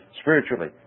spiritually